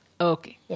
Okay